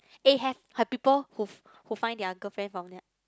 eh have have people who who find their girlfriend from there